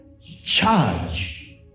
charge